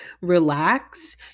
relax